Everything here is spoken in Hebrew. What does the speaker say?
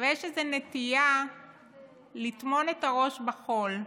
אבל יש איזה נטייה לטמון את הראש בחול.